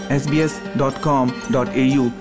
sbs.com.au